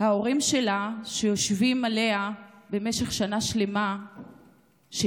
ההורים שלה יושבים עליה במשך שנה שלמה שבעה,